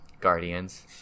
Guardians